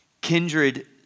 kindred